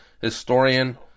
historian